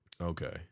Okay